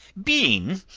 being,